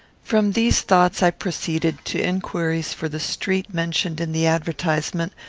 from these thoughts i proceeded to inquiries for the street mentioned in the advertisement,